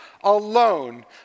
alone